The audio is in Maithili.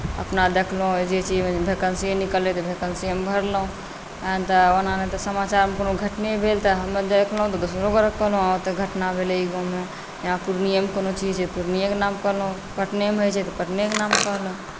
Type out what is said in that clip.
अपना देखलहुँ जे चीज भैकेन्सीए निकललै तऽ भैकेन्सीमे भरलहुँ ओना नहि तऽ समाचारमे कोनो घटने भेल तऽ हम देखलहुँ तऽ दोसरो गोटेकेँ कहलहुँ कोनो घटना भेलै ई गाँवमे जेना पुर्णियेँमे कोनो चीज पुर्णियेँके नाम कहलहुँ पटनेमे होइत छै तऽ पटनेके नाम कहलहुँ